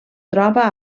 troba